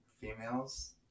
females